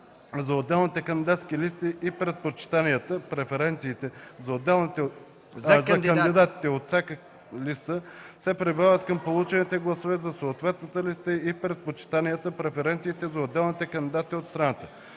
за отделните кандидатски листи и предпочитанията (преференциите) за кандидатите от всяка листа се прибавят към получените гласове за съответната листа и предпочитанията (преференциите) за отделни кандидати от страната.